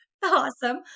Awesome